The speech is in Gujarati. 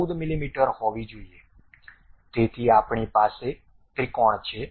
14 મીમી હોવી જોઈએ તેથી આપણી પાસે ત્રિકોણ છે